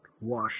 wash